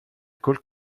col